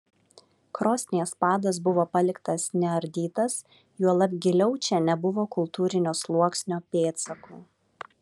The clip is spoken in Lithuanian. krosnies padas buvo paliktas neardytas juolab giliau čia nebuvo kultūrinio sluoksnio pėdsakų